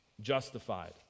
justified